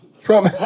Trump